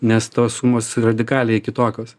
nes tos sumos radikaliai kitokios